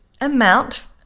amount